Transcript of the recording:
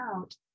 out